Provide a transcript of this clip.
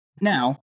Now